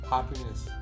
happiness